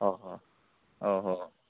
अ अ अ